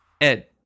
Ed